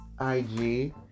IG